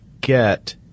get